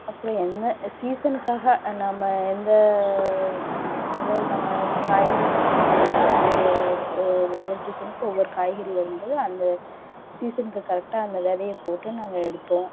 அப்புறம் என்ன சீசனுக்காக நம்ம எந்த இதில் நம்ம இப்போ காய்கறி சீசன் வருதுன்னால் ஒவ்வொரு ஒவ்வொரு சீசனுக்கும் ஒவ்வொரு காய்கறி வரும் போது அந்த சீசனுக்கு கரெக்டாக அந்த விதைய போட்டு நாங்கள் எடுப்போம்